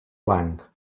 blanc